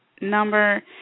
number